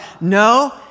No